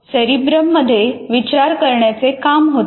cerebrum मध्ये विचार करण्याचे काम होते